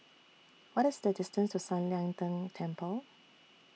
What IS The distance to San Lian Deng Temple